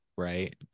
Right